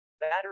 Battery